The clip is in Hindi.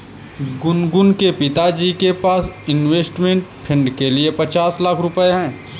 गुनगुन के पिताजी के पास इंवेस्टमेंट फ़ंड के लिए पचास लाख रुपए है